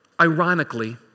Ironically